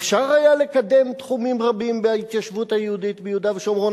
אפשר היה לקדם תחומים רבים בהתיישבות היהודית ביהודה ושומרון.